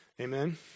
Amen